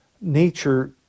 nature